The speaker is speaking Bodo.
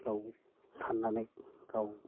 गाव साननानै गाव